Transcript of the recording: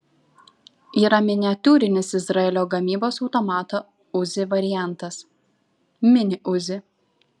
yra miniatiūrinis izraelio gamybos automato uzi variantas mini uzi